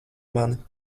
mani